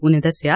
उनें दस्सेआ